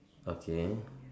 okay